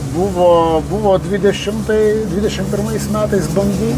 buvo buvo dvidešimtai dvidešimt pirmais metais bangų